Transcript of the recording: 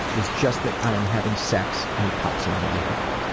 it's just that i'm having sex and he pops into my head.